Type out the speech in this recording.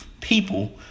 people